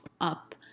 up